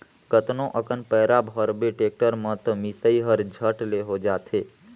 कतनो अकन पैरा भरबे टेक्टर में त मिसई हर झट ले हो जाथे